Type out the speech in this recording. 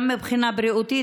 גם מבחינה בריאותית,